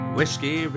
Whiskey